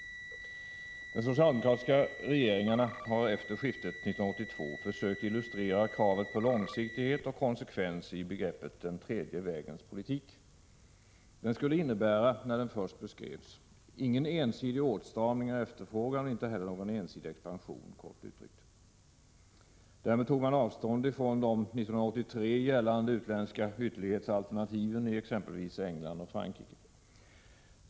De socialdemokratiska regeringarna har efter skiftet 1982 försökt illustrera kravet på långsiktighet och konsekvens genom begreppet ”den tredje vägens politik”. När den först beskrevs skulle den, kort uttryckt, inte innebära någon ensidig åtstramning av efterfrågan och inte heller någon ensidig expansion. Därmed tog regeringen avstånd från de 1983 gällande utländska ytterlighetsalternativen i exempelvis England och Frankrike.